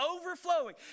overflowing